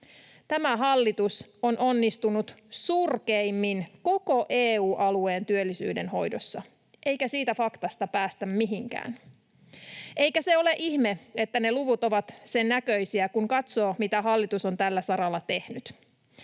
Tämä hallitus on onnistunut surkeimmin koko EU-alueen työllisyyden hoidossa, eikä siitä faktasta päästä mihinkään. Eikä se ole ihme, että ne luvut ovat sen näköisiä, kun katsoo, mitä hallitus on tällä saralla tehnyt.